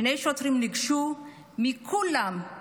שני שוטרים ניגשו, ומכולם הם